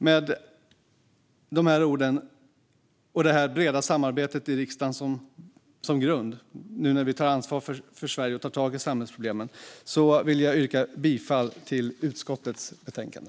Med vårt breda samarbete i riksdagen som grund tar vi ansvar för Sverige och tar tag i samhällsproblemen. Med de orden vill jag yrka bifall till förslaget i utskottets betänkande.